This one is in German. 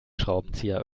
schraubenzieher